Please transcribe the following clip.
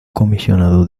comisionado